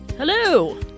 Hello